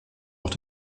auch